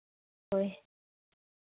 ᱦᱳᱭ